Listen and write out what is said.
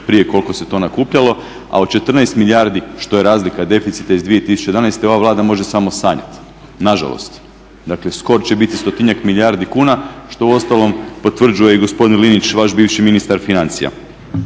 prije koliko se to nakupljalo. A od 14 milijardi što je razlika deficita iz 2011.ova Vlada može samo sanjati, nažalost. Znači skok će biti stotinjak milijardi kuna što uostalom potvrđuje i gospodin Linić vaš bivši ministar financija.